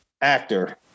actor